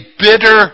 bitter